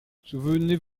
souvenez